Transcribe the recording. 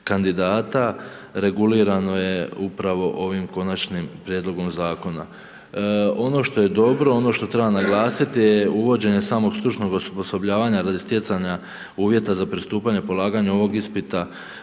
kandidata regulirano je upravo ovim konačnim prijedlogom zakona. Ono što je dobro, ono što treba naglasiti je uvođenje samog stručnog osposobljavanja radi stjecanja uvjeta za pristupanje polaganja ovog ispita